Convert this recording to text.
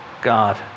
God